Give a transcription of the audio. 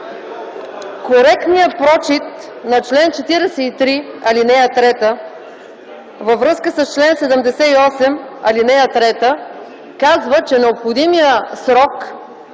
Коректният прочит на чл. 43, ал. 3 във връзка с чл. 78, ал. 3 казва, че необходимият срок,